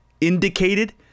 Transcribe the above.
indicated